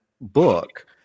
book